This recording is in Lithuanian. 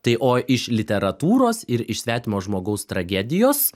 tai o iš literatūros ir iš svetimo žmogaus tragedijos